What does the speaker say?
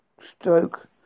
stroke